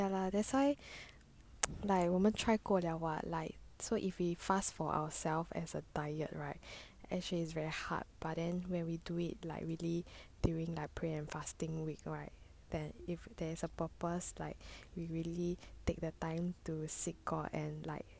ya lah that's why 来我们 try 过了 what like so if we fast for ourself as a diet right actually is very hard but then when we do it like really during like praying and fasting week right then if there is a purpose like we really take the time to seek god and like